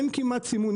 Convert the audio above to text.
אין כמעט סימון,